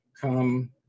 come